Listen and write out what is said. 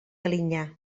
alinyà